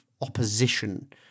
opposition